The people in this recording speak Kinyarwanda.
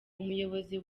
umuyobozi